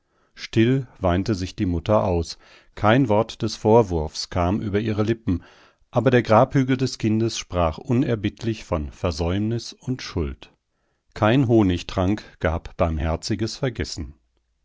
still weinte sich die mutter aus kein wort des vorwurfs kam über ihre lippen aber der grabhügel des kindes sprach unerbittlich von versäumnis und schuld kein honigtrank gab barmherziges vergessen